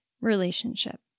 relationship